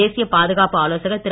தேசிய பாதுகாப்பு ஆலோசகர் திரு